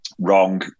wrong